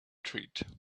treat